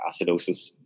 acidosis